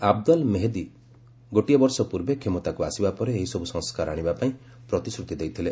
Abdul Mahdi ଗୋଟିଏ ବର୍ଷ ପୂର୍ବେ କ୍ଷମତାକୁ ଆସିବା ପରେ ଏହିସବୁ ସଂସ୍କାର ଆଶିବା ପାଇଁ ପ୍ରତିଶ୍ରତି ଦେଇଥିଲେ